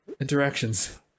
interactions